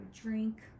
drink